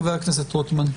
אחריו חבר הכנסת רוטמן.